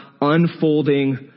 unfolding